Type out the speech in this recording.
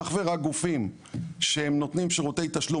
אך ורק גופים שהם נותנים שירותי תשלום,